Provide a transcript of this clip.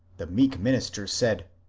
the meek minister said,